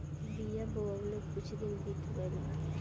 बिया बोवले कुछ दिन बीत गइल बा